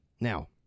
Now